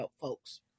folks